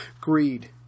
Greed